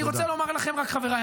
אני רוצה לומר לכם רק חבריי,